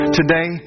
today